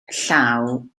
llaw